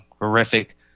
horrific